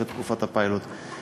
אחרי תקופת הפיילוט,